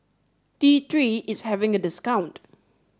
T Three is having a discount